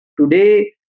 today